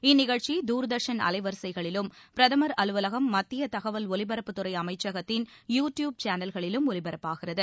இந்நிகழ்ச்சி தூர்தர்ஷன் அலைவரிசைகளிலும் பிரதமர் அலுவலகம் மத்திய தகவல் ஒலிபரப்புத் துறை அமைச்சகத்தின் யு டியூப் சேனல்களிலும் ஒலிபரப்பாகிறது